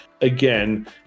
again